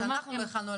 היו מאומתים.